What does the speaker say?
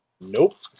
Nope